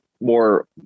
more